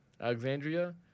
Alexandria